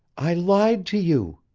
i lied to you,